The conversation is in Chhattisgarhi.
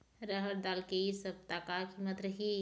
रहड़ दाल के इ सप्ता का कीमत रही?